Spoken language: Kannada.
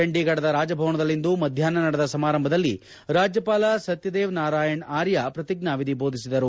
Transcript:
ಚಂಡೀಗಢದ ರಾಜಭವನದಲ್ಲಿಂದು ಮಧ್ಯಾಪ್ನ ನಡೆದ ಸಮಾರಂಭದಲ್ಲಿ ರಾಜ್ಯಪಾಲ ಸತ್ಯದೇವ್ ನಾರಾಯಣ್ ಆರ್ಯ ಪ್ರತಿಜ್ಞಾವಿಧಿ ಬೋಧಿಸಿದರು